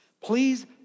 please